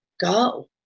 go